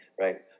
right